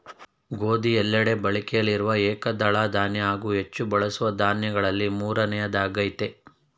ಗೋಧಿ ಎಲ್ಲೆಡೆ ಬಳಕೆಯಲ್ಲಿರುವ ಏಕದಳ ಧಾನ್ಯ ಹಾಗೂ ಹೆಚ್ಚು ಬಳಸುವ ದಾನ್ಯಗಳಲ್ಲಿ ಮೂರನೆಯದ್ದಾಗಯ್ತೆ